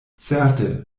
certe